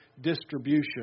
distribution